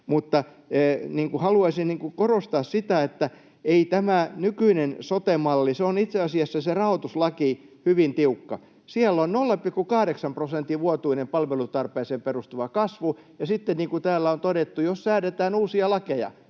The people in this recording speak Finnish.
haluaisin korostaa sitä, että ei tämä nykyinen sote-malli... Se rahoituslaki on itse asiassa hyvin tiukka, siellä on 0,8 prosentin vuotuinen palvelutarpeeseen perustuva kasvu. Ja sitten, niin kuin täällä on todettu, jos säädetään uusia lakeja,